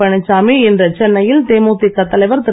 பழனிச்சாமி இன்று சென்னை யில் தேமுதிக தலைவர் திரு